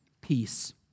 Peace